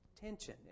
tension